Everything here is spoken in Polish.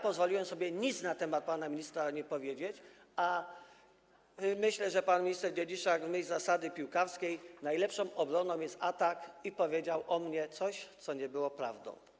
Pozwoliłem sobie nic na temat pana ministra nie powiedzieć, a myślę, że pan minister Dziedziczak w myśl piłkarskiej zasady, że najlepszą obroną jest atak, powiedział o mnie coś, co nie było prawdą.